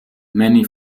many